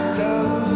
love